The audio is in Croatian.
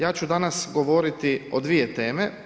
Ja ću danas govoriti o dvije teme.